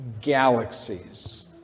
galaxies